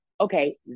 okay